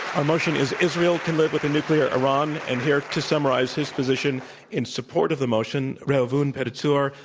our motion is israel can live with a nuclear iran. and here to summarize his position in support of the motion, reuven pedatzur,